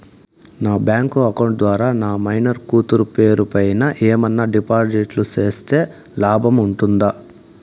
నా bank account ద్వారా నా మైనర్ కూతురు పేరు పైన ఏమన్నా డిపాజిట్లు సేస్తే లాభం ఉంటుందా?